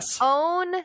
own